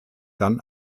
dann